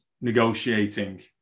negotiating